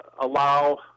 allow